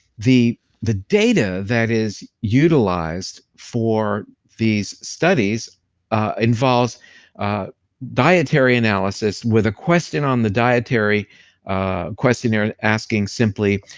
the the data that is utilized for these studies involves dietary analysis with a question on the dietary, a question they're and asking simply,